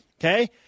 Okay